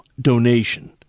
donation